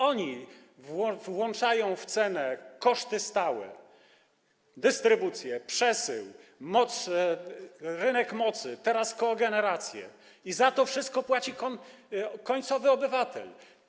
Oni włączają w cenę koszty stałe, dystrybucję, przesył, rynek mocy, teraz kogenerację i za to wszystko płaci na końcu obywatel.